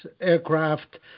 aircraft